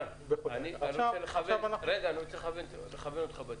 אני רוצה לכוון אותך.